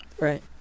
Right